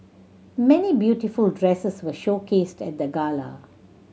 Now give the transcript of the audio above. many beautiful dresses were showcased at the gala